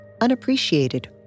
unappreciated